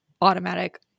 automatic